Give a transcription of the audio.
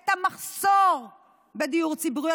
את המחסור בדיור ציבורי,